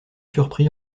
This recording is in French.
surpris